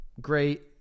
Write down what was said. great